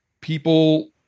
people